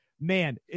man